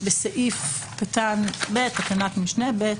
הנאמן, תקנת משנה (ב).